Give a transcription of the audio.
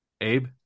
Abe